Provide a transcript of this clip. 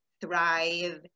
thrive